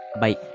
bye